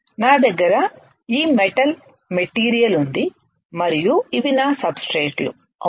నా దగ్గర ఈ మెటల్ మెటీరియల్ ఉంది మరియు ఇవి నా సబ్ స్ట్రేట్ లు అవునా